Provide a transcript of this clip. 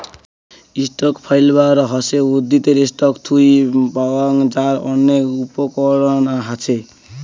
stock fibre হসে উদ্ভিদের stock থুই পাওয়াং যার অনেক উপকরণ হাছে